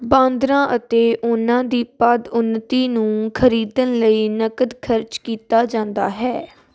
ਬਾਂਦਰਾਂ ਅਤੇ ਉਨ੍ਹਾਂ ਦੀ ਪਦ ਉੱਨਤੀ ਨੂੰ ਖਰੀਦਣ ਲਈ ਨਕਦ ਖਰਚ ਕੀਤਾ ਜਾਂਦਾ ਹੈ